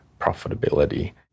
profitability